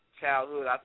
childhood